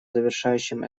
завершающим